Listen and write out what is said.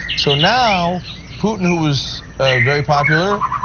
so now putin, who was very popular,